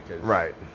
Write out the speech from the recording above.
Right